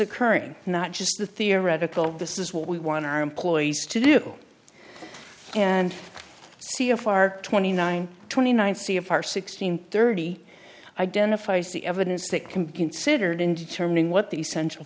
occurring not just the theoretical this is what we want our employees to do and see a far twenty nine twenty nine c a par sixteen thirty identifies the evidence that can be considered in determining what the essential